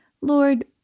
Lord